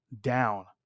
down